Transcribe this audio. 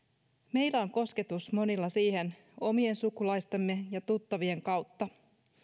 monilla on kosketus siihen omien sukulaistemme ja tuttaviemme kautta